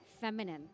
feminine